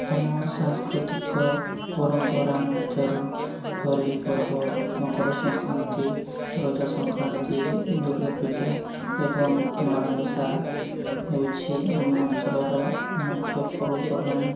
ଆମ ସାଂସ୍କୃତିକ ପରମ୍ପରା ମଧ୍ୟରୁ ହୋଲି ପର୍ବ ମକର ସଂକ୍ରାନ୍ତି ରଜ ସଂକ୍ରାନ୍ତି ଦୁର୍ଗାପୂଜା ଏବଂ ମାଣବସା ହେଉଛି ଆମ ଅଞ୍ଚଳର ମୁଖ୍ୟ ପର୍ବପର୍ବାଣି